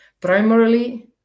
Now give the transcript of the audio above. Primarily